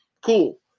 Cool